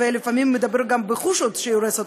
ולפעמים מדובר גם בחושות שהיא הורסת,